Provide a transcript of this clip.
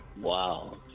wow